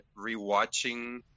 rewatching